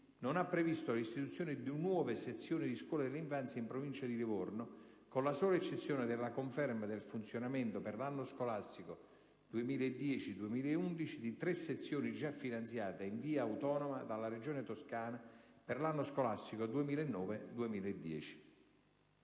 non ha previsto l'istituzione di nuove sezioni di scuole dell'infanzia in Provincia di Livorno, con la sola eccezione della conferma del funzionamento, per l'anno scolastico 2010-2011, di tre sezioni già finanziate in via autonoma dalla Regione Toscana per l'anno scolastico 2009-2010.